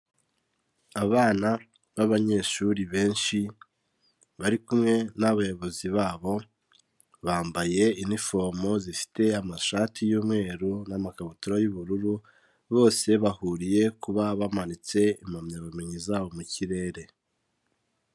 Abana b'abanyeshuri benshi bari kumwe n'abayobozi babo bambaye inifomo zifite amashati y'umweru n'amakabutura y'ubururu, bose bahuriye kuba bamanitse impamyabumenyi zabo mu kirere.